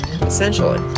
essentially